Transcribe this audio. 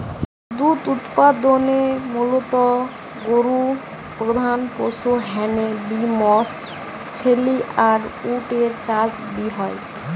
দুধ উতপাদনে মুলত গরু প্রধান পশু হ্যানে বি মশ, ছেলি আর উট এর চাষ বি হয়